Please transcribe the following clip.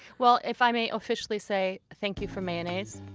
well, if i may officially say, thank you for mayonnaise.